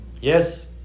Yes